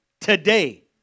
today